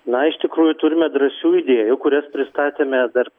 na iš tikrųjų turime drąsių idėjų kurias pristatėme dar